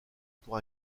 pour